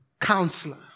counselor